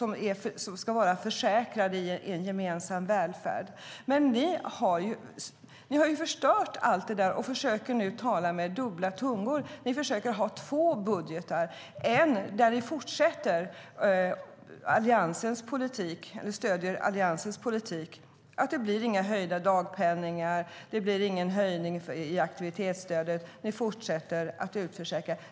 De ska vara försäkrade i en gemensam välfärd, men ni har förstört allt det och försöker nu tala med dubbla tungor. Ni försöker ha två budgetar. Ni stöder Alliansens politik. Det blir inga höjda dagpenningar. Det blir ingen höjning i aktivitetsstödet. Ni fortsätter att utförsäkra.